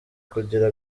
kugira